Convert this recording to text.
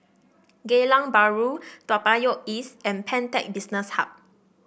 Geylang Bahru Toa Payoh East and Pantech Business Hub